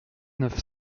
neuf